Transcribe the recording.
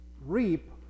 reap